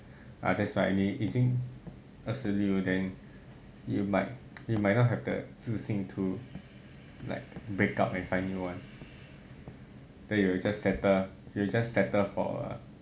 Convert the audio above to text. ah that's why 你已经二十六 then you might you might not have the 自信 to like break up and find new one then you will just settle you will just settle for a